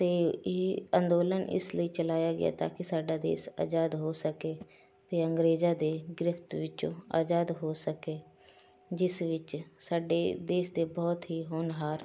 ਅਤੇ ਇਹ ਅੰਦੋਲਨ ਇਸ ਲਈ ਚਲਾਇਆ ਗਿਆ ਤਾਂ ਕਿ ਸਾਡਾ ਦੇਸ਼ ਅਜ਼ਾਦ ਹੋ ਸਕੇ ਅਤੇ ਅੰਗਰੇਜ਼ਾਂ ਦੇ ਗ੍ਰਿਫਤ ਵਿੱਚੋਂ ਅਜ਼ਾਦ ਹੋ ਸਕੇ ਜਿਸ ਵਿੱਚ ਸਾਡੇ ਦੇਸ਼ ਦੇ ਬਹੁਤ ਹੀ ਹੋਣਹਾਰ